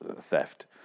theft